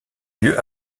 lieu